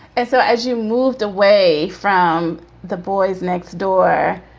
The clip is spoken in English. and so as you moved away from the boys next door,